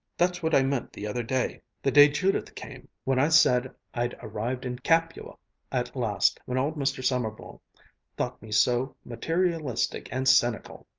that's what i meant the other day the day judith came when i said i'd arrived in capua at last when old mr. sommerville thought me so materialistic and cynical.